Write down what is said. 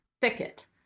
thicket